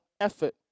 effort